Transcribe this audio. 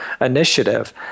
initiative